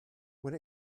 when